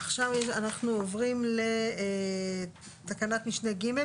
עכשיו אנחנו עוברים לתקנת משנה (ג).